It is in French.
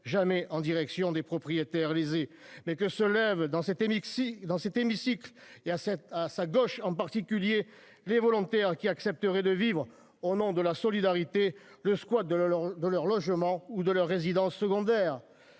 jamais en direction des propriétaires lésés. Mais que se lève dans cet hémicycle dans cet hémicycle il y a sept à sa gauche, en particulier les volontaires qui accepteraient de vivre au nom de la solidarité. Le squat de leur de leur logement ou de leur résidence secondaire.